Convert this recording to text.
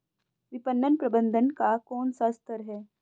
विपणन प्रबंधन का कौन सा स्तर है?